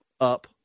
up